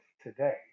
today